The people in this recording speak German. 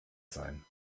sein